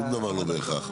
שום דבר לא בהכרח.